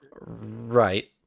Right